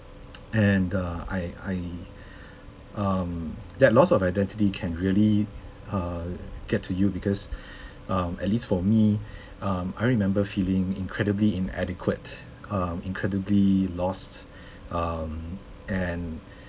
and uh I I um that loss of identity can really err get to you because um at least for me um I remember feeling incredibly inadequate um incredibly lost um and